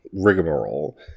rigmarole